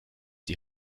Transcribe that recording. die